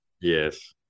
Yes